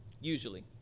usually